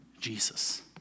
Jesus